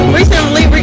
recently